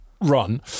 run